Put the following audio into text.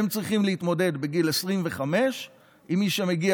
הם צריכים להתמודד בגיל 25 עם מי שמגיע